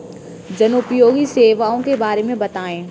जनोपयोगी सेवाओं के बारे में बताएँ?